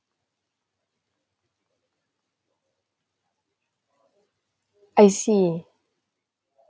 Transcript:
I see